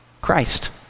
Christ